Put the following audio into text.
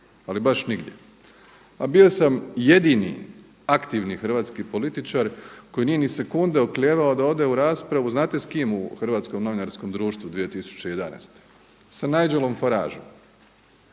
ali baš nigdje a bio sam jedini aktivni hrvatski političar koji nije ni sekunde oklijevao da ode u raspravu znate s kim u Hrvatskom novinarskom društvu 2011., s Nigelom Farageom